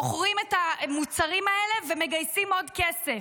מוכרים את המוצרים האלה ומגייסים עוד כסף,